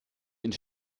ins